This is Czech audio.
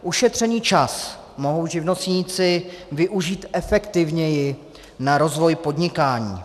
Ušetřený čas mohou živnostníci využít efektivněji na rozvoj podnikání.